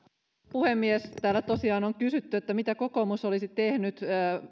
puhemies täällä tosiaan on kysytty mitä kokoomus olisi tehnyt